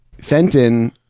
Fenton